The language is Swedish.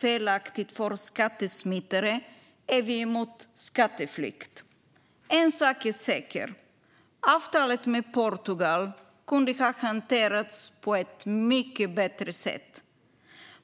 felaktigt kallas för skattesmitare är emot skatteflykt. En sak är säker - avtalet med Portugal kunde ha hanterats på ett mycket bättre sätt.